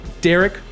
Derek